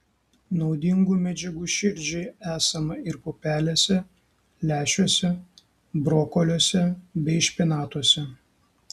naudingų medžiagų širdžiai esama ir pupelėse lęšiuose brokoliuose bei špinatuose